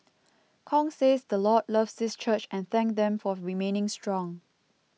Kong says the Lord loves this church and thanked them for remaining strong